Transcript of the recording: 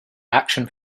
action